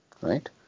right